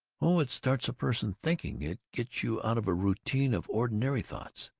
oh, it starts a person thinking. it gets you out of a routine of ordinary thoughts.